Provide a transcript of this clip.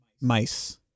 mice